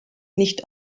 nicht